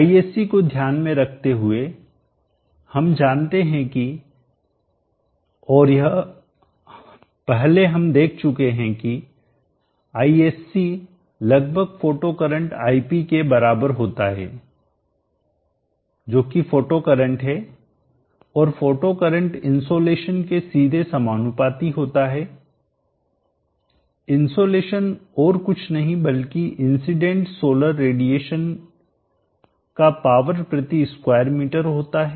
Isc को ध्यान में रखते हुए हम जानते हैं कि और यह पहले हम देख चुके हैं कि Isc लगभग फोटो करंट Ip के बराबर होता है जो कि फोटो करंट है और फोटो करंट इनसोलेशन के सीधे समानुपाती होता है इनसोलेशन और कुछ नहीं बल्कि इंसिडेंट सोलर रेडिएशन का पावर प्रति स्क्वायर मीटर होता है